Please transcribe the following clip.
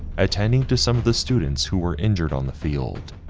attending to some of the students who were injured on the field.